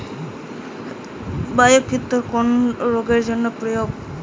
Biocure কোন রোগেরজন্য প্রয়োগ করে?